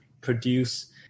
produce